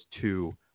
two